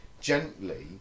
gently